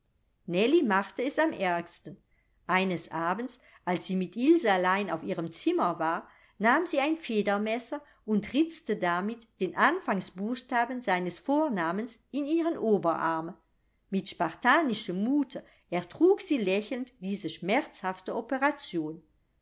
machte es am ärgsten eines abends als sie mit ilse allein auf ihrem zimmer war nahm sie ein federmesser und ritzte damit den anfangsbuchstaben seines vornamens in ihren oberarm mit spartanischem mute ertrug sie lächelnd diese schmerzhafte operation